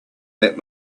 that